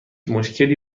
مشکلی